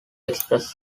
express